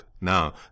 now